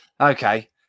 okay